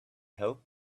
helped